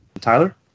Tyler